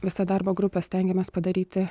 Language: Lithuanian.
visa darbo grupė stengiamės padaryti